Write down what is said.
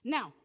Now